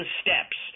steps